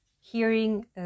hearing